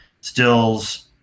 stills